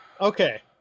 Okay